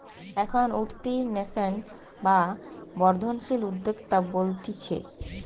এখন উঠতি ন্যাসেন্ট বা বর্ধনশীল উদ্যোক্তা বলতিছে